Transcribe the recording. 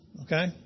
Okay